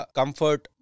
comfort